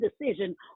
decision